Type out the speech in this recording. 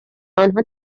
آنها